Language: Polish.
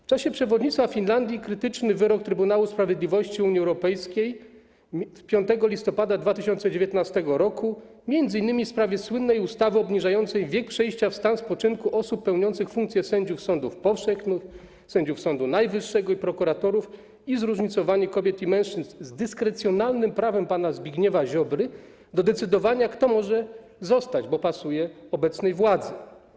W czasie przewodnictwa Finlandii - krytyczny wyrok Trybunału Sprawiedliwości Unii Europejskiej z 5 listopada 2019 r. m.in. w sprawie słynnej ustawy obniżającej wiek przejścia w stan spoczynku osób pełniących funkcje sędziów sądów powszechnych, sędziów Sądu Najwyższego i prokuratorów oraz zróżnicowanie kobiet i mężczyzn, z dyskrecjonalnym prawem pana Zbigniewa Ziobry do decydowania, kto może zostać, bo pasuje obecnej władzy.